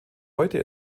heute